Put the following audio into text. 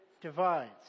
divides